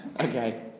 Okay